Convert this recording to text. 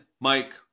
Mike